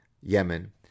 Yemen